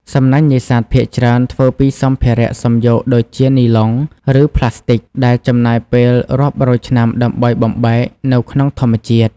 សំណាញ់នេសាទភាគច្រើនធ្វើពីសម្ភារៈសំយោគដូចជានីឡុង ឬប្លាស្ទិក ដែលចំណាយពេលរាប់រយឆ្នាំដើម្បីបំបែកនៅក្នុងធម្មជាតិ។